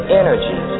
energy